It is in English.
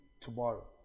tomorrow